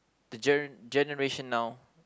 the gener~ generation now